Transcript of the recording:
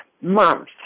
month